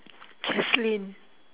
jacelyn